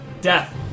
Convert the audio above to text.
death